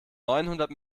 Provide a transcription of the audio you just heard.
neunhundert